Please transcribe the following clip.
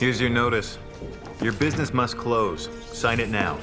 here's your notice you business must close sign in now